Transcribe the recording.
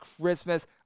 Christmas